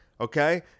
Okay